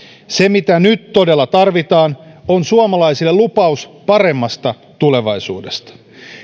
se mitä nyt todella tarvitaan on suomalaisille lupaus paremmasta tulevaisuudesta